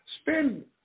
Spend